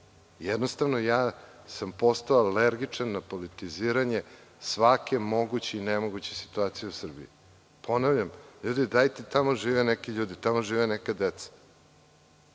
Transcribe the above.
Jednostavno, postao sam alergičan na politiziranje svake moguće i nemoguće situacije u Srbiji. Ponavljam, ljudi, dajte i tamo žive neki ljudi, i tamo žive neka deca